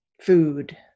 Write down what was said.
food